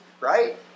right